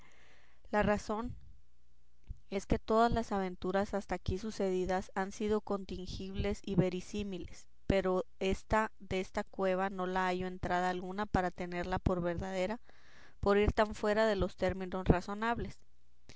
la razón es que todas las aventuras hasta aquí sucedidas han sido contingibles y verisímiles pero ésta desta cueva no le hallo entrada alguna para tenerla por verdadera por ir tan fuera de los términos razonables